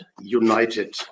united